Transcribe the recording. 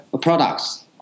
products